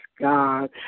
god